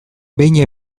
behin